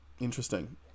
interesting